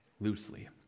loosely